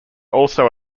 also